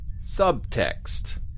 Subtext